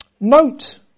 Note